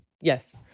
Yes